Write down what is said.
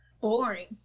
boring